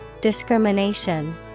Discrimination